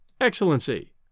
Excellency